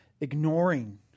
ignoring